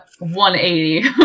180